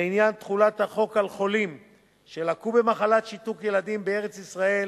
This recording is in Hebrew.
לעניין תחולת החוק על חולים שלקו במחלת שיתוק ילדים בארץ-ישראל